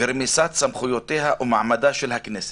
ורמיסת סמכויותיה או מעמדה של הכנסת.